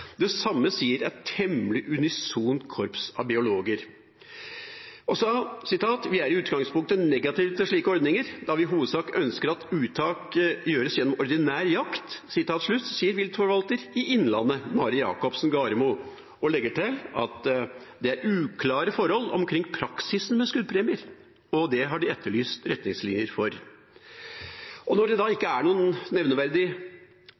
Det samme sier et temmelig unisont korps av biologer. «Vi er i utgangspunktet negative til slike ordninger, da vi hovedsakelig ønsker at uttak gjøres gjennom ordinær jakt». Det sier viltforvalter i Innlandet, Mari Jacobsen Garmo, og legger til at «det er uklare forhold omkring praksisen med skuddpremier». Det har de etterlyst retningslinjer for. Når det da ikke er noen nevneverdig